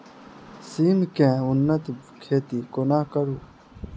सिम केँ उन्नत खेती कोना करू?